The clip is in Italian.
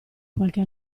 qualche